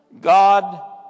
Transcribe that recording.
God